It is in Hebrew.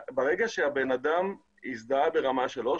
ברגע שהבן אדם הזדהה ברמה 3,